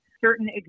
certain